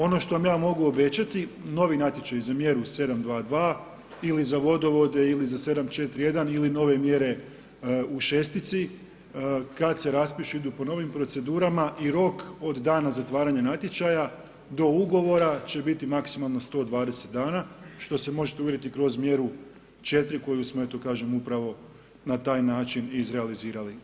Ono što vam ja mogu obećati, novi natječaji za mjeru 722 ili za vodovode ili za 741 ili nove mjere u šestici kada se raspišu idu po novim procedurama i rok od dana zatvaranja natječaja do ugovora će biti maksimalno 120 dana što se možete uvjeriti kroz mjeru 4 koju smo eto kažem upravo na taj način i izrealizirali.